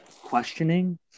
questioning